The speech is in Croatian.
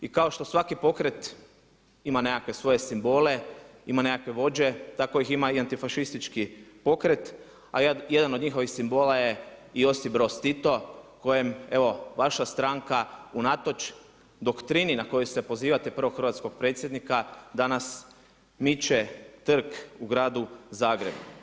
I kao što svaki pokret ima nekakve svoje simbole, ima nekakve vođe, tako ih ima i antifašistički pokret a jedan od njihovih simbola je i Josip Broz Tito kojem evo vaša stranka unatoč doktrini na koju se pozivate prvog hrvatskog predsjednika danas miče trg u gradu Zagrebu.